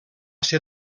ser